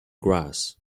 grass